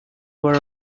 were